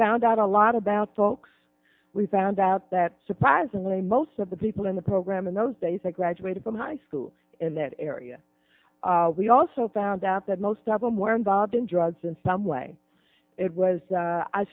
found out a lot about dogs we found out that surprisingly most of the people in the program in those days i graduated from high school in that area we also found out that most of them were involved in drugs in some way it was